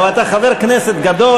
אבל אתה חבר כנסת גדול,